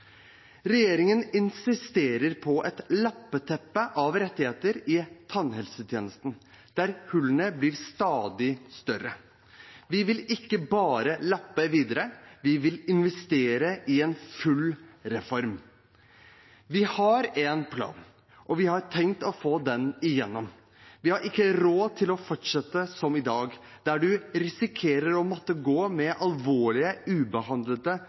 Regjeringen insisterer på et lappeteppe av rettigheter i tannhelsetjenesten, der hullene blir stadig større. Vi vil ikke lappe videre, vi vil investere i en full reform. Vi har en plan, og vi har tenkt å få den gjennom. Vi har ikke råd til å fortsette som i dag, der man risikerer å måtte gå med alvorlige,